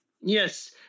Yes